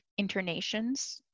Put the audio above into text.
internations